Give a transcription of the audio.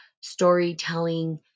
storytelling